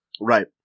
Right